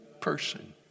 person